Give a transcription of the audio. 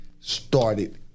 started